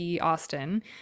Austin